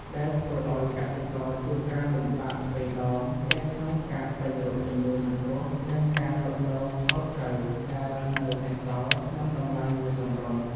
ដែលធ្វើឱ្យកសិករជួបការលំបាកទ្វេដង ទាំងក្នុងការស្វែងរកជំនួយសង្គ្រោះ និងការលក់ដូរផលស្រូវដែលនៅសេសសល់ក្នុងតម្លៃមួយសមរម្យ។